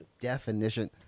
Definition